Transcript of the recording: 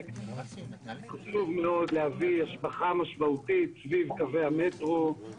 הפרויקט חשוב מאוד להביא השבחה משמעותית סביב קווי המטרו.